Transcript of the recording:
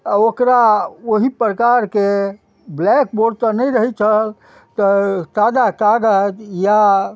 ओकरा ओहि प्रकारके ब्लैक बोर्ड तऽ नहि रहय छल तऽ सादा कागज या